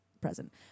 present